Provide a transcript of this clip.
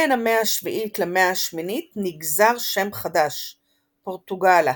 בין המאה השביעית למאה השמינית נגזר שם חדש – פורטוגלה.